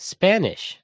Spanish